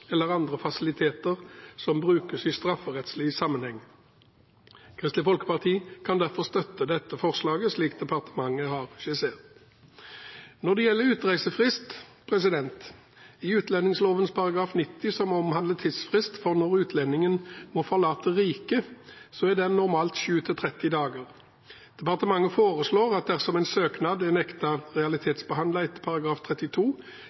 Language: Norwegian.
eller andre fasiliteter som brukes i strafferettslig sammenheng. Kristelig Folkeparti kan derfor støtte dette forslaget, slik departementet har skissert. Når det gjelder utreisefrist i utlendingsloven § 90, som omhandler tidsfrist for når utlendingen må forlate riket, er den normalt sju til tretti dager. Departementet foreslår at dersom en søknad er nektet realitetsbehandlet etter § 32,